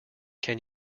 can